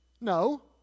No